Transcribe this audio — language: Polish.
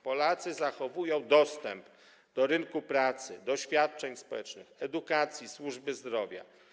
Polacy zachowują dostęp do rynku pracy, do świadczeń społecznych, edukacji, służby zdrowia.